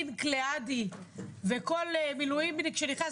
לי וליושבת-ראש חשוב מאוד כל הנושא הזה של השתלת איברים,